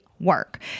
work